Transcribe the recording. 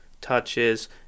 touches